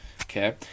Okay